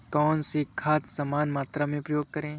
कौन सी खाद समान मात्रा में प्रयोग करें?